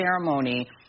ceremony